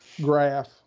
graph